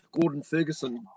Gordon-Ferguson